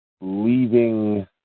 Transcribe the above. leaving